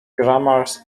grammars